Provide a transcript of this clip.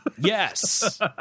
Yes